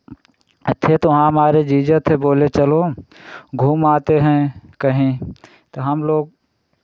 थे तो वहाँ हमारे जीजा थे बोले चलो घूम आते हैं कहीं तो हम लोग